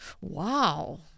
wow